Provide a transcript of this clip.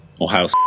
ohio